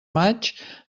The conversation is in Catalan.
maig